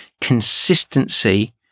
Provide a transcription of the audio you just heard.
consistency